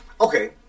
okay